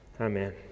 Amen